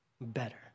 better